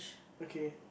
okay